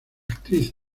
actriz